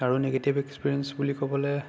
আৰু negative experience বুলি ক'বলৈ